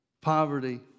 poverty